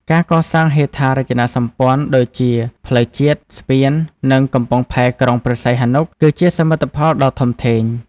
ការកសាងហេដ្ឋារចនាសម្ព័ន្ធដូចជា ផ្លូវជាតិ ស្ពាន និងកំពង់ផែក្រុងព្រះសីហនុ គឺជាសមិទ្ធផលដ៏ធំធេង។